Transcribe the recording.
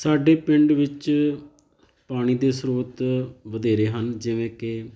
ਸਾਡੇ ਪਿੰਡ ਵਿੱਚ ਪਾਣੀ ਦੇ ਸਰੋਤ ਵਧੇਰੇ ਹਨ ਜਿਵੇਂ ਕਿ